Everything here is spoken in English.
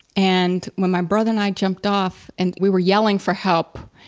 and when my brother and i jumped off, and we were yelling for help,